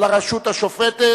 על הרשות השופטת,